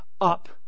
up